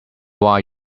why